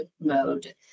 mode